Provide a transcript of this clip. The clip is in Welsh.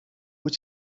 wyt